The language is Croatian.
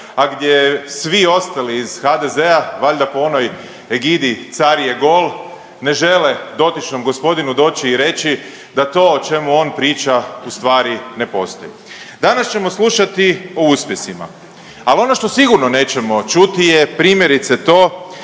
a gdje svi ostali iz HDZ-a valjda po onoj egidi „car je gol“ ne žele dotičnom gospodinu doći i reći da to o čemu on priča ustvari ne postoji. Danas ćemo slušati o uspjesima, al ono što sigurno nećemo čuti je primjerice to